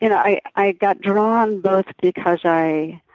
you know i i got drawn both because i